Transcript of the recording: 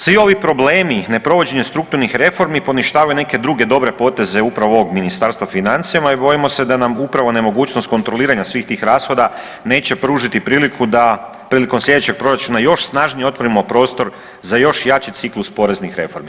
Svi ovi problemi neprovođenje strukturnih reformi poništavaju neke druge dobre poteze upravo ovog Ministarstva financijama i bojimo se da nam upravo nemogućnost kontroliranja svih tih rashoda neće pružiti priliku da prilikom slijedećeg proračuna još snažnije otvorimo prostor za još jači ciklus poreznih reformi.